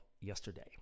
yesterday